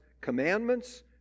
commandments